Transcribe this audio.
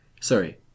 sorry